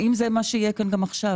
האם זה מה שיהיה כאן גם עכשיו?